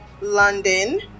London